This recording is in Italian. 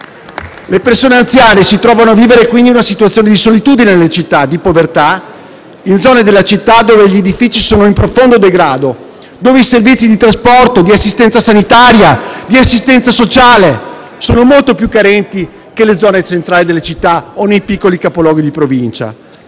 Le persone anziane si trovano a vivere quindi in una situazione di solitudine e di povertà, in zone della città dove gli edifici sono in profondo degrado, dove i servizi di trasporto, di assistenza sanitaria e di assistenza sociale sono molto più carenti che nelle zone centrali delle città o nei piccoli capoluoghi di Provincia.